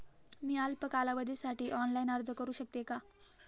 मी अल्प कालावधीसाठी ऑनलाइन अर्ज करू शकते का?